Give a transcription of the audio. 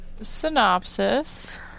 synopsis